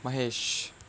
Mahesh